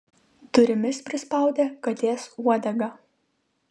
durimis prispaudė katės uodegą